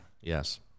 Yes